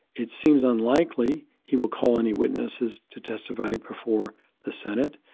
it seems unlikely he will call any witnesses to testify before the senate.